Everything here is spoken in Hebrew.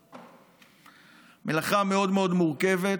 מלאכה מאוד מאוד מורכבת,